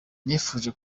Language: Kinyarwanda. nifuje